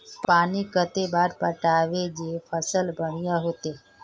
पानी कते बार पटाबे जे फसल बढ़िया होते?